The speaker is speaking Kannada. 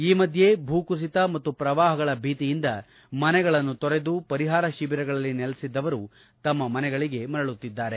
ಈ ಮಧ್ಯೆ ಭೂಕುಸಿತ ಮತ್ತು ಶ್ರವಾಹಗಳ ಭೀತಿಯಿಂದ ಮನೆಗಳನ್ನು ತೊರೆದು ಪರಿಹಾರ ಶಿವಿರಗಳಲ್ಲಿ ನೆಲೆಸಿದ್ದವರು ತಮ್ನ ಮನೆಗಳಿಗೆ ಮರಳುತ್ತಿದ್ದಾರೆ